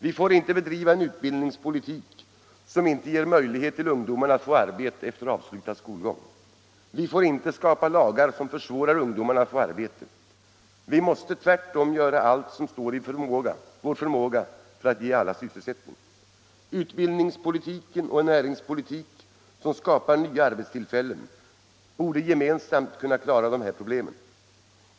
Vi får inte bedriva en utbildningspolitik som inte ger ungdomarna möjlighet till arbete efter avslutad skolgång. Vi skall inte skapa lagar som försvårar för ungdomarna att få arbete. Vi måste tvärtom göra allt som står i vår förmåga för att ge alla sysselsättning. Utbildningspolitiken och en näringspolitik som skapar nya arbetstillfällen borde gemensamt kunna klara de här problemen.